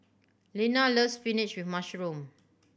Lena loves spinach with mushroom